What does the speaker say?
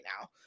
now